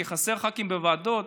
כי חסרים ח"כים בוועדות.